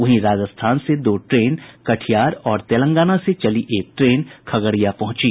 वहीं राजस्थान से दो ट्रेन कटिहार और तेलंगाना से चली एक ट्रेन खगड़िया पहुंची